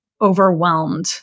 overwhelmed